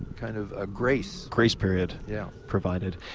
kind of ah grace. grace period yeah provided.